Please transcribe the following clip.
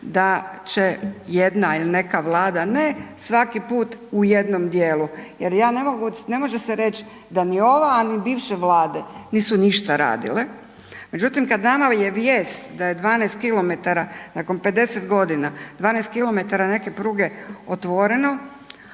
da će jedna ili neka Vlada, ne, svaki put u jednom dijelu. Jer ja ne mogu, ne može se reći da ni ova, a ni bivše Vlade nisu ništa radile, međutim, kad nama je vijest da je 12 km nakon 50 g., 12 km neke pruge otvoreno,